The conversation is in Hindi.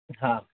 हाँ